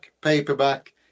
paperback